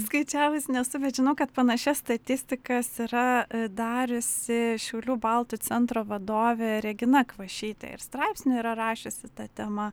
skaičiavus nesu bet žinau kad panašias statistikas yra dariusi šiaulių baltų centro vadovė regina kvašytė ir straipsnį yra rašiusi ta tema